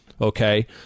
Okay